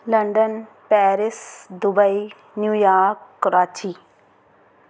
London Paris Dubai New York Karachi